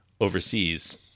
overseas